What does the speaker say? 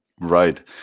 Right